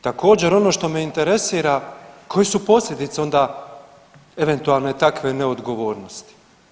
Također ono što me interesira, koje su posljedice onda eventualne takve neodgovornosti.